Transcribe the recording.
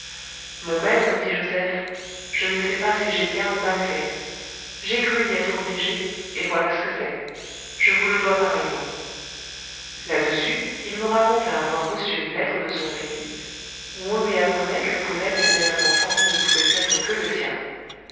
mon maître dit joseph je ne sais pas si j'ai bien ou mal fait j'ai cru y être obligé et voilà ce que c'est je vous le dois pareillement là-dessus il me raconta avoir reçu une lettre de son pays où on lui apprenait que brulette élevait un enfant qui ne pouvait être que le sien